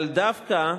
אבל דווקא,